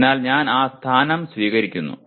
അതിനാൽ ഞാൻ ആ സ്ഥാനം സ്വീകരിക്കുന്നു